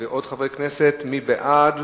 מי בעד?